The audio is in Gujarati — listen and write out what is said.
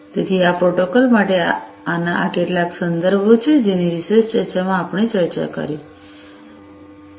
તેથી આ પ્રોટોકોલો માટે આના આ કેટલાક સંદર્ભો છે જેની વિશેષ ચર્ચામાં આપણે ચર્ચા કરી છે